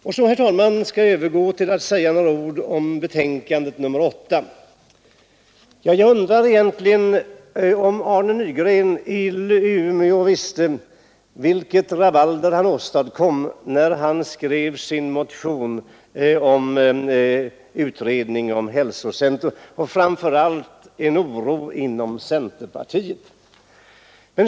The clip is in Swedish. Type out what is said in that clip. Så skall jag, herr talman, övergå till att säga några ord om betänkandet nr 8. Jag undrar om Arne Nygren i Umeå visste vilket rabalder han skulle åstadkomma när han skrev sin motion om utredning angående hälsocentra och framför allt vilken oro han skulle åstadkomma inom centerpartiet.